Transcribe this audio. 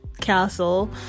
castle